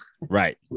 Right